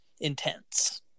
intense